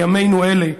לימינו אלה,